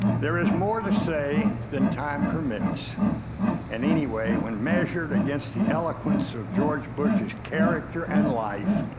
there is more to say than time permits and anyway, when measured against the eloquence of george bush's character and life,